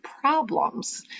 problems